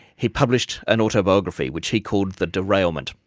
he published an autobiography which he called the derailment,